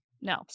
No